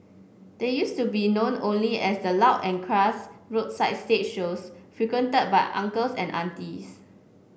they used to be known only as the loud and crass roadside stage shows frequented by uncles and aunties